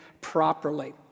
properly